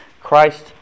Christ